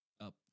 Up